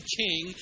king